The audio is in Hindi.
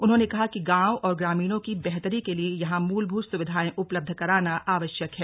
उन्होंने कहा कि गांव और ग्रामीणों की बेहतरी के लिए यहां मूलभूत सुविधाएं उपलब्ध कराना आवश्यक है